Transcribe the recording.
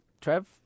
Trev